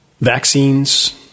vaccines